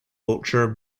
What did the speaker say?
wiltshire